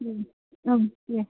ओं दे